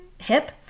hip